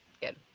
good